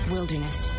Wilderness